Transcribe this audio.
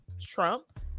Trump